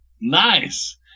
Nice